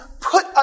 put